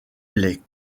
les